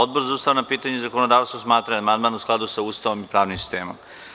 Odbor za ustavna pitanja i zakonodavstvo smatra da je amandman u skladu sa Ustavom i pravnim sistemom.